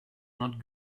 not